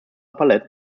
palette